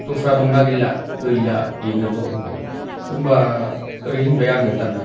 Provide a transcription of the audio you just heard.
दस्रा दंना गैला गैला बेनोल' होनबाय होनबा ओरै होनबाय आङो दाना